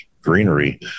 greenery